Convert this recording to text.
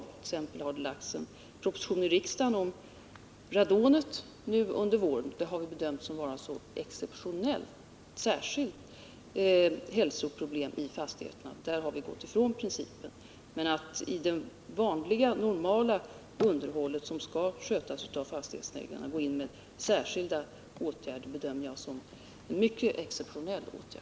Regeringen har exempelvis nu under våren lagt fram en proposition i riksdagen om radonet i fastigheter, men det har vi bedömt som ett så speciellt hälsoproblem att vi har gått ifrån principen. Att regeringen skulle vidta särskilda åtgärder i det här fallet, när det rör sig om det vanliga, normala underhåll som skall skötas av fastighetsägarna, bedömer jag emellertid som en mycket exceptionell utväg.